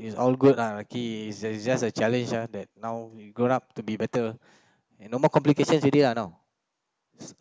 it's all good ah lucky it's just it's just a challenge ah that now you grown up to be better and no more complications already lah now